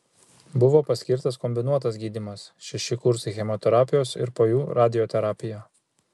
buvo paskirtas kombinuotas gydymas šeši kursai chemoterapijos ir po jų radioterapija